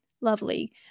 lovely